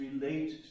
related